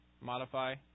modify